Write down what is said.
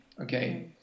Okay